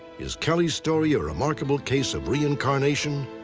is kelly's story a remarkable case of reincarnation?